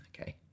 Okay